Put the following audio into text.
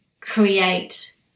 create